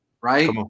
right